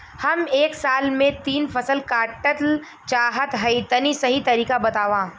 हम एक साल में तीन फसल काटल चाहत हइं तनि सही तरीका बतावा?